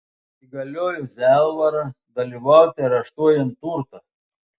įgaliojo zelvarą dalyvauti areštuojant turtą